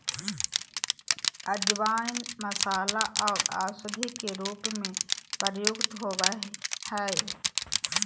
अजवाइन मसाला आर औषधि के रूप में प्रयुक्त होबय हइ